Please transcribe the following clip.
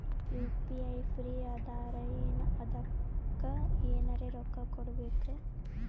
UPI free ಅದಾರಾ ಏನ ಅದಕ್ಕ ಎನೆರ ರೊಕ್ಕ ಕೊಡಬೇಕ?